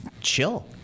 chill